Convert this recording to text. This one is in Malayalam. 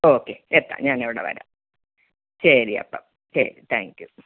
ഓക്കെ എത്താം ഞാൻ അവിടെ വരാം ശ രിയപ്പം ശരി താങ്ക് യൂ